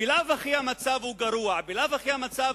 בלאו הכי המצב גרוע, בלאו הכי המצב